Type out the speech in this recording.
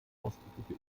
ausdrückliche